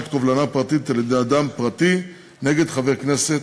קובלנה פרטית על-ידי אדם פרטי נגד חבר הכנסת,